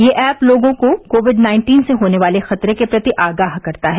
यह ऐप लोगों को कोविड नाइन्टीन से होने वाले खतरे के प्रति आगाह करती है